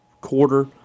quarter